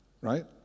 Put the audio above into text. right